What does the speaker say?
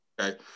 Okay